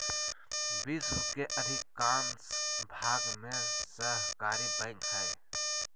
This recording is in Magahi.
विश्व के अधिकांश भाग में सहकारी बैंक हइ